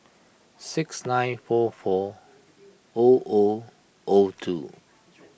six nine four four O O O two